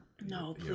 no